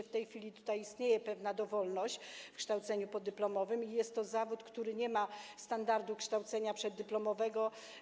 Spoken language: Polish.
W tej chwili istnieje tu pewna dowolność w kształceniu podyplomowym i jest to zawód, który nie ma standardu kształcenia przeddyplomowego.